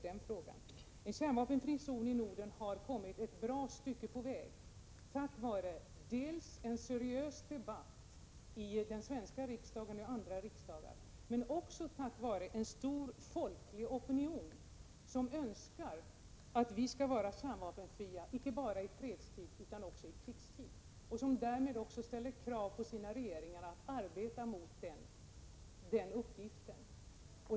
Tanken på en kärnvapenfri zon i Norden har kommit ett bra stycke på väg tack vare dels en seriös debatt i den svenska riksdagen och i andra parlament, dels en stor folklig opinion som önskar att våra länder skall vara kärnvapenfria inte bara i fredstid utan också i krigstid. Därmed ställer man också krav på sina regeringar att arbeta för det målet.